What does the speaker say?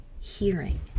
hearing